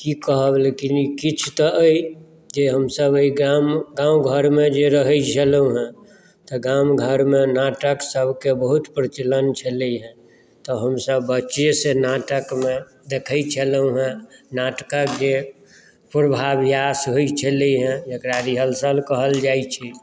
की कहब लेकिन ई किछु तऽ अहि जे हमसभ अहि गाँव घरमे जे रहै छलहुँ तऽ गाम घरमे नाटक सभकेँ बहुत प्रचलन छलै हँ तऽ हमसभ बच्चेसँ नाटकमे देखै छलहुँ हँ नाटकक जे पूर्वाभ्यास होइत छलै हँ जेकरा रिहर्सल कहल जाइत छलैया